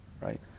right